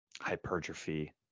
hypertrophy